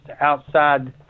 outside